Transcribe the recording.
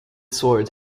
swords